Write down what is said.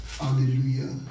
Hallelujah